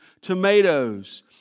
tomatoes